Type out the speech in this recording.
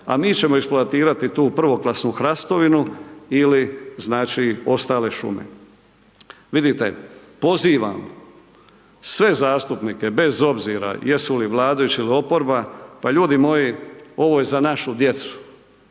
a mi ćemo eksploatirati tu prvoklasnu hrastovinu ili znači ostale šume. Vidite pozivam sve zastupnike bez obzira jesu li vladajući ili oporba, pa ljudi moji ovo je za našu djecu,